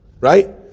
right